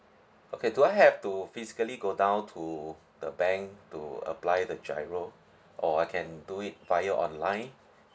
okay do I have to physically go down to the bank to apply the giro or I can do it via online